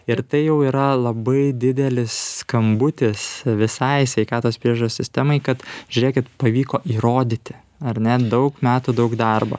ir tai jau yra labai didelis skambutis visai sveikatos priežiūros sistemai kad žiūrėkit pavyko įrodyti ar ne daug metų daug darbo